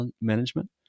management